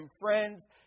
Friends